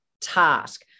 task